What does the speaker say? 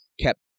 kept